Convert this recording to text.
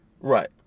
Right